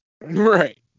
Right